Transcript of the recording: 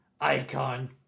icon